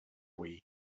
wii